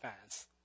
fans